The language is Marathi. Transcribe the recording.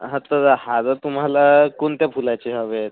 हां तर हार तुम्हाला कोणत्या फुलाचे हवे आहेत